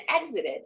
exited